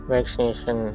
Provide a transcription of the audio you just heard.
Vaccination